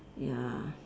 ya